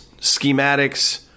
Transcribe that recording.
schematics